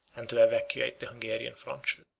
and to evacuate the hungarian frontier.